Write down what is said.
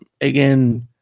again